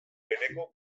bereko